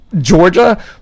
Georgia